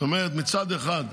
זאת אומרת, מצד אחד,